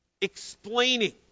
explaining